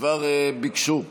כבר ביקשו.